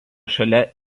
šalia